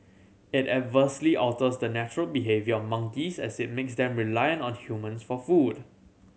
it adversely alters the natural behaviour of monkeys as it makes them reliant on humans for food